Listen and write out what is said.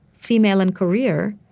female and career,